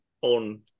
on